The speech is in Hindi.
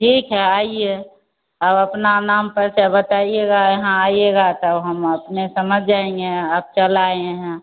ठीक है आइए और अपना नाम पता बताइएगा यहां आइएगा तब हम अपने समझ जाएगे आप चल आए हैं